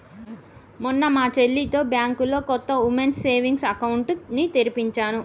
మొన్న మా చెల్లితో బ్యాంకులో కొత్త వుమెన్స్ సేవింగ్స్ అకౌంట్ ని తెరిపించినా